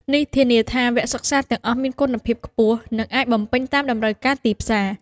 នេះធានាថាវគ្គសិក្សាទាំងអស់មានគុណភាពខ្ពស់ និងអាចបំពេញតាមតម្រូវការទីផ្សារ។